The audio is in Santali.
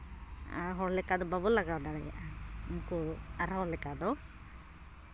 ᱟᱨ ᱦᱚᱲ ᱞᱮᱠᱟ ᱫᱚ ᱵᱟᱵᱚᱱ ᱞᱟᱜᱟᱣ ᱫᱟᱲᱮᱭᱟᱜᱼᱟ ᱩᱱᱠᱩ ᱟᱨᱦᱚᱲ ᱞᱮᱠᱟᱫᱚ